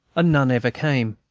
and none ever came.